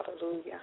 hallelujah